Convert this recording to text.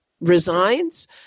resigns